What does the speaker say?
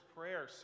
Prayer